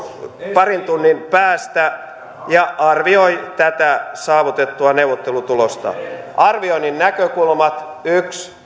parin tunnin päästä ja arvioi tätä saavutettua neuvottelutulosta arvioinnin näkökulmat yksi